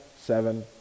seven